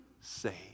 saved